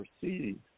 proceed